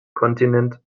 kontinent